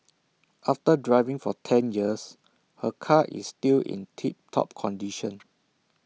after driving for ten years her car is still in tip top condition